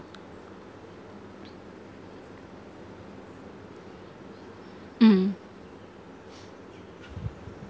mm mm